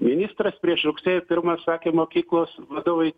ministras prieš rugsėjo pirmą sakė mokyklos vadovai